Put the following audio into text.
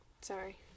sorry